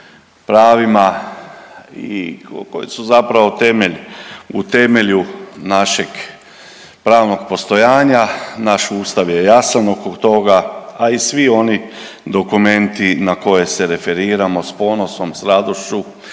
pravima i koji su zapravo temelj u temelju našeg pravnog postojanja. Naš Ustav je jasan oko toga, a i svi oni dokumenti na koje se referiramo sa ponosom, sa radošću.